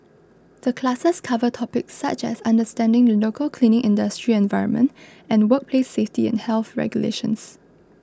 the classes cover topics such as understanding the local cleaning industry environment and workplace safety and health regulations